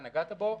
נגעת בו.